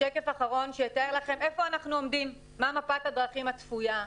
שקף אחרון שיתאר לכם היכן אנחנו עומדים ומה מפת הדרכים הצפויה.